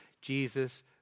Jesus